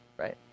right